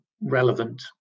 relevant